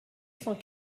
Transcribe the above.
cent